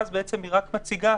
בסיכומו של דבר היא מציגה: